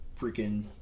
freaking